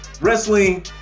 Wrestling